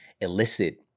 elicit